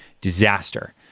disaster